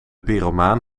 pyromaan